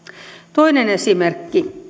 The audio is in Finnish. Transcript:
toinen esimerkki